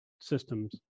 systems